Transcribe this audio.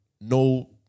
No